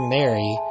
Mary